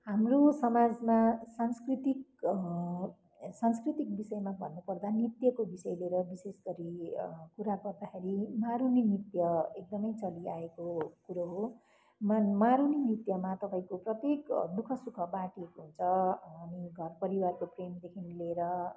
हाम्रो समाजमा सांस्कृतिक सांस्कृतिक विषयमा भन्नुपर्दा नृत्यको विषय लिएर विशेष गरी कुरा गर्दाखेरि मारुनी नृत्य एकदमै चलिआएको कुरो हो मा मारुनी नृत्यमा तपाईँको प्रत्येक दु ख सुख बाँटिएको हुन्छ अनि घरपरिवारको प्रेमदेखि लिएर